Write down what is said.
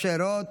משה רוט,